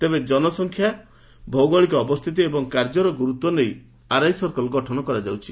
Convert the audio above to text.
ତେବେ ଜନସଂଖ୍ୟା ଭୌଗଳିକ ଅବସ୍ଥିତି ଏବଂ କାର୍ଯ୍ୟର ଗୁରୁତ୍ୱକୁ ନେଇ ଆରଆଇ ସର୍କଲ ଗଠନ କରା ଯାଉଅଛି